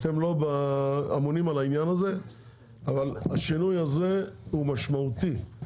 אבל השינוי הזה הוא משמעותי,